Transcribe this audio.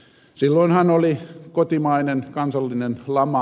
silloinhan oli kotimainen kansallinen lama